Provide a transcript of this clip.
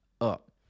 up